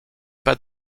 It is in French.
pas